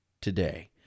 today